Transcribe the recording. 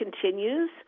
continues